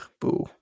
boo